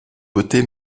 beauté